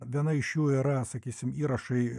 viena iš jų yra sakysim įrašai